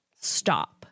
Stop